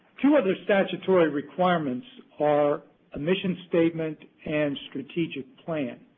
two other statutory requirements are a mission statement and strategic plan.